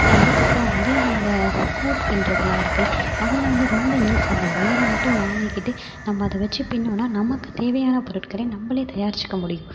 அதுக்கப்புறம் வந்து இந்த கூடை பின்னுறதுலாம் இருக்குது அதெல்லாம் வந்து ரொம்ப ஈசி அந்த ஒயர மட்டும் வாங்கிகிட்டு நம்ம அதை வெச்சு பின்னினோனா நமக்கு தேவையான பொருட்களை நம்மளே தயாரிச்சுக்க முடியும்